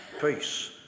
peace